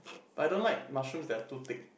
I don't like mushrooms that are too thick